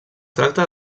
tracta